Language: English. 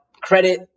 credit